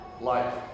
life